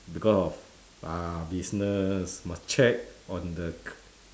because of pa business must check on the c~